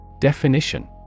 Definition